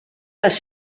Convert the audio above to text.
les